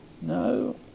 No